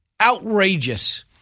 Outrageous